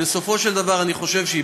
בסופו של דבר אני חושב שהיא